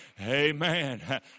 Amen